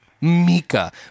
mika